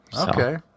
Okay